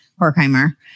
Horkheimer